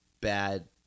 bad